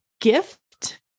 gift